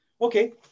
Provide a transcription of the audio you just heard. Okay